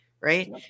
Right